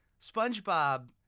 Spongebob